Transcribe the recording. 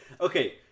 okay